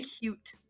cute